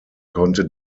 konnte